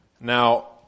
now